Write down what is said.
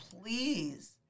please